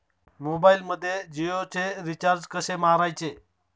मोबाइलमध्ये जियोचे रिचार्ज कसे मारायचे?